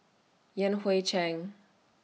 Yan Hui Chang